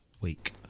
week